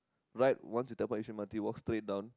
right once you tap out yishun m_r_t walk straight down